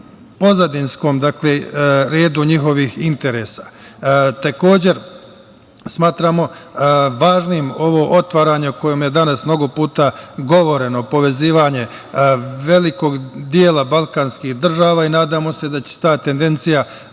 pozadinskom redu njihovih interesa. Takođe, smatramo važnim ovo otvaranje o kojem je danas mnogo puta govoreno, povezivanje velikog dela balkanskih država i nadamo se da će se ta tendencija